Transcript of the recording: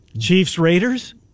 Chiefs-Raiders